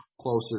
closer